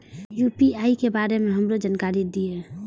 UPI के बारे में हमरो जानकारी दीय?